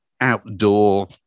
outdoor